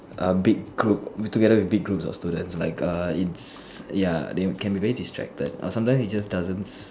a big group together with a big group of students like a in ya they can be very distracted or sometimes it just doesn't